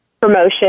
promotion